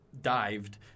dived